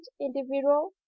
individual